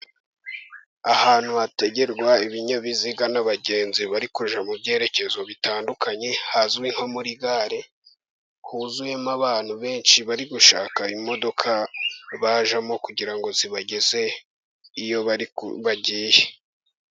Ahantu hategerwa ibinyabiziga n'abagenzi bari kujya mu byerekezo bitandukanye hazwi nko muri gare, huzuyemo abantu benshi bari gushaka imodoka bajyamo kugirango zibageze iyo bariku, bagiye.